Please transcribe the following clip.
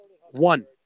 One